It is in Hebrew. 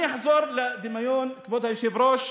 אני אחזור לדמיון, כבוד היושב-ראש.